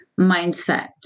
Mindset